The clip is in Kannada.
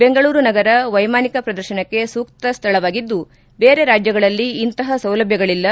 ಬೆಂಗಳೂರು ನಗರ ಮೈಮಾನಿಕ ಪ್ರದರ್ಶನಕ್ಕೆ ಸೂಕ್ತ ಸ್ವಳವಾಗಿದ್ದು ಬೇರೆ ರಾಜ್ಯಗಳಲ್ಲಿ ಇಂತಹ ಸೌಲಭ್ಯಗಳಲ್ಲ